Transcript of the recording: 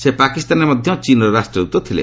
ସେ ପାକିସ୍ତାନରେ ମଧ୍ୟ ଚୀନ୍ର ରାଷ୍ଟ୍ରଦୂତ ଥିଲେ